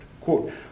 Quote